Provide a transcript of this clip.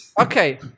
Okay